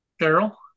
Carol